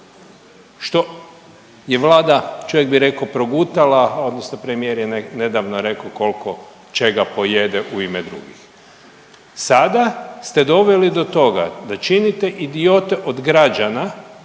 što je vlada, čovjek bi rekao progutala odnosno premijer je nedavno rekao koliko čega pojede u ime drugih. Sada ste doveli do toga da činite idiote od građana